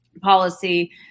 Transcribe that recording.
policy